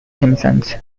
simpsons